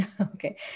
Okay